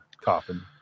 coffin